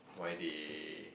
why they